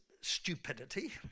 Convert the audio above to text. stupidity